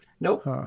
Nope